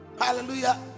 Hallelujah